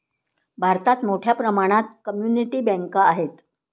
भारतात मोठ्या प्रमाणात कम्युनिटी बँका आहेत